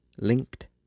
linked